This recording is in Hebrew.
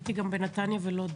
כן, ועוד איך.